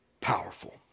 powerful